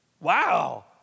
Wow